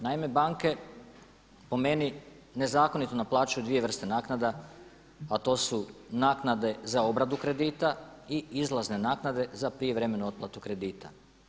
Naime, banke po meni nezakonito naplaćuju dvije vrste naknada a to su naknade za obradu kredita i izlazne naknade za prijevremenu otplatu kredita.